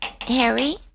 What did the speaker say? Harry